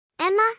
Emma